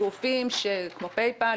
גופים כמו PAY PAL,